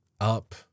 up